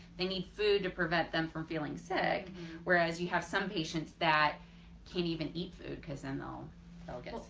they need food to prevent them from feeling sick whereas you have some patients that can't even eat food because then they'll they'll get sick.